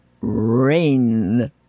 rain